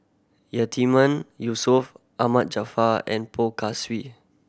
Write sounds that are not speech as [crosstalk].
Yatiman Yusof Ahmad Jaafar and Poh [unintelligible] Swee